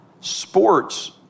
sports